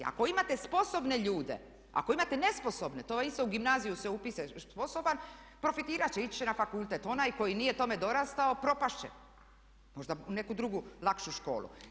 Ako imate sposobne ljude, ako imate nesposobne to vam je isto u gimnaziju se upiše sposoban, profitirati će, ići će na fakultet, onaj koji nije tome dorastao propasti će, možda u neku drugu lakšu školu.